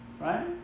Right